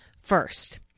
First